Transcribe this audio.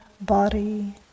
body